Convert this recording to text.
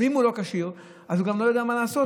אם הוא לא כשיר אז הוא לא יודע מה לעשות,